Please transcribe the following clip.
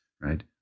right